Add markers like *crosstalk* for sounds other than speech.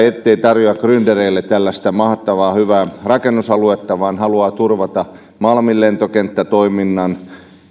*unintelligible* ettei se tarjoa gryndereille tällaista mahtavan hyvää rakennusaluetta vaan haluaa turvata malmin lentokenttätoiminnan